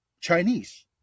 Chinese